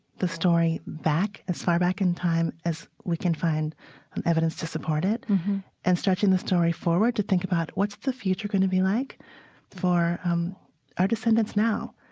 the story back as far back in time as we can find and evidence to support it and stretching the story forward to think about what's the future going to be like for um our descendents now.